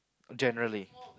generally